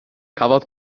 cafodd